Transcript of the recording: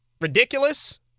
ridiculous